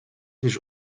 ніж